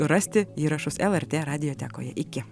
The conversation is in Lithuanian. rasti įrašus lrt radiotekoje iki